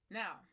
now